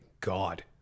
God